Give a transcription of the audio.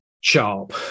sharp